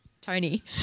Tony